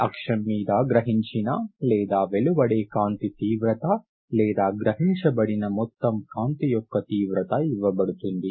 ఈ అక్షం మీద గ్రహించిన లేదా వెలువడే కాంతి తీవ్రత లేదా గ్రహించబడిన మొత్తం కాంతి యొక్క తీవ్రత ఇవ్వబడుతుంది